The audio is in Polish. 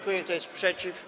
Kto jest przeciw?